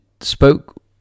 spoke